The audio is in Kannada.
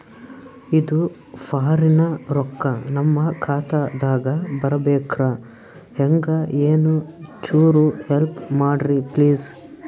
ಇದು ಫಾರಿನ ರೊಕ್ಕ ನಮ್ಮ ಖಾತಾ ದಾಗ ಬರಬೆಕ್ರ, ಹೆಂಗ ಏನು ಚುರು ಹೆಲ್ಪ ಮಾಡ್ರಿ ಪ್ಲಿಸ?